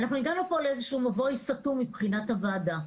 הגענו פה לאיזה מבוי סתום מבחינת הוועדה,